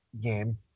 game